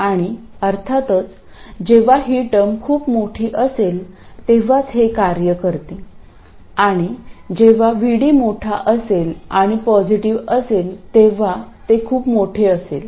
आणि अर्थातच जेव्हा ही टर्म खूप मोठी असेल तेव्हाच हे कार्य करते आणि जेव्हा VD मोठा असेल आणि पॉझिटिव्ह असेल तेव्हा ते खूप मोठे असेल